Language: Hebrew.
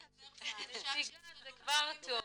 --- נגיע לכולם.